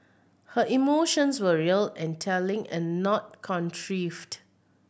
her emotions were real and telling and not contrived